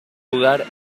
jugar